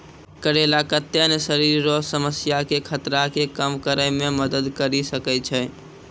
करेला कत्ते ने शरीर रो समस्या के खतरा के कम करै मे मदद करी सकै छै